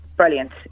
Brilliant